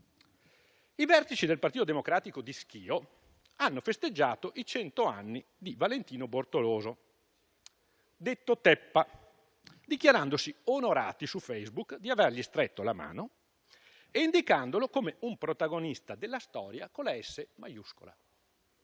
I vertici del Partito Democratico di Schio hanno festeggiato i cento anni di Valentino Bortoloso, detto Teppa, dichiarandosi onorati su Facebook di avergli stretto la mano e indicandolo come un protagonista della storia, con la "S" maiuscola.